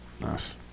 Nice